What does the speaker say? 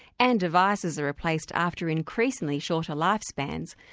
and devices are replaced after increasingly shorter life spans,